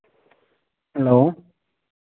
hello